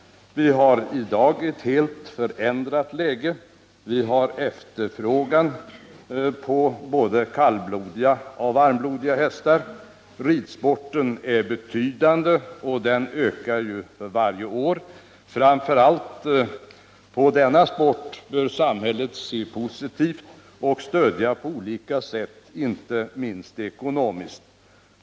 Vi har i dag ett helt förändrat läge. Vi har efterfrågan på både kallblodiga och varmblodiga hästar. Ridsporten är betydande, och den ökar för varje år. Samhället bör se positivt framför allt på denna sport och på olika sätt stödja den, inte minst ekonomiskt.